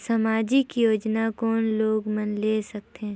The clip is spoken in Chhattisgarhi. समाजिक योजना कोन लोग मन ले सकथे?